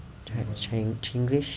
chi~ chinglish